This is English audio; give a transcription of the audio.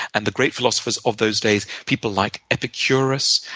and the great philosophers of those days, people like epicurus,